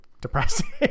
depressing